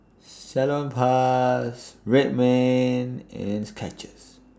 Salonpas Red Man and Skechers